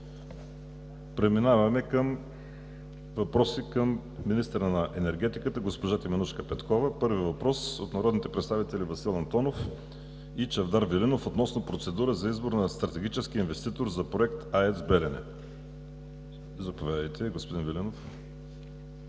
Преминаваме към въпроси към министъра на енергетиката госпожа Теменужка Петкова. Първият въпрос е от народните представители Васил Антонов и Чавдар Велинов относно процедурата за избор на стратегически инвеститор за Проект АЕЦ „Белене“. Заповядайте, господин Велинов.